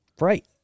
Right